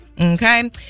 Okay